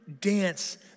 dance